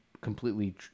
completely